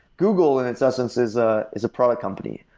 google, in its essence, is ah is a product company.